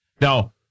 Now